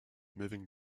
moving